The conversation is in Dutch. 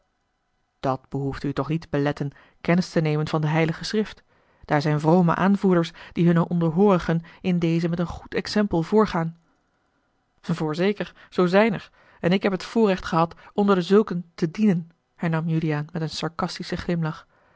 dat behoefde u toch niet te beletten kennis te nemen van de heilige schrift daar zijn vrome aanvoerders die hunne onderhoorigen in dezen met een goed exempel voorgaan voorzeker zoo zijn er en ik heb het voorrecht gehad onder dezulken te dienen hernam juliaan met een sarcastischen glimlach